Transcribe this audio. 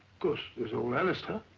course, there's old alastair.